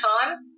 time